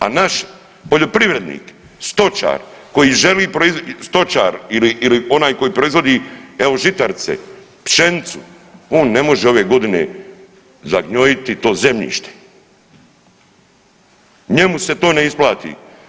A naš poljoprivrednik, stočar koji želi, stočar ili onaj koji proizvodi evo žitarice, pšenicu on ne može ove godine zagnojiti to zemljište, njemu se to ne isplati.